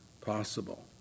possible